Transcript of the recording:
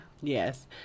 Yes